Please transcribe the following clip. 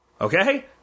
Okay